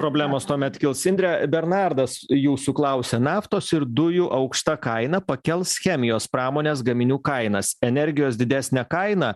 problemos tuomet kils indre bernardas jūsų klausia naftos ir dujų aukšta kaina pakels chemijos pramonės gaminių kainas energijos didesnė kaina